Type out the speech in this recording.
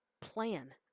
plan